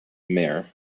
mayor